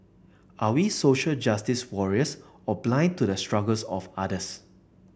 are we social justice warriors or blind to the struggles of others